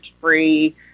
free